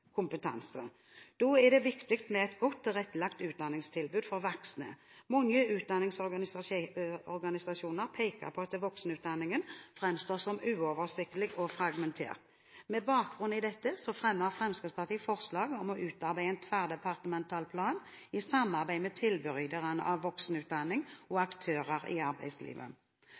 kompetanse. Da er det viktig med et godt tilrettelagt utdanningstilbud for voksne. Mange utdanningsorganisasjoner peker på at voksenutdanningen framstår som uoversiktlig og fragmentert. Med bakgrunn i dette fremmer Fremskrittspartiet forslag om å utarbeide en tverrdepartemental plan i samarbeid med tilbyderne av voksenutdanning og aktører i arbeidslivet.